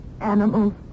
animals